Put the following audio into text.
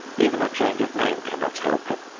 even a change of name cannot help him.